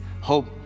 hope